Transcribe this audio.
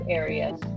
areas